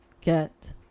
get